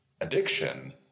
addiction